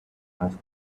ask